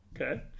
Okay